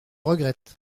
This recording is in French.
regrette